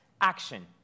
action